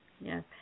Yes